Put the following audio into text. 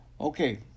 okay